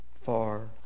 far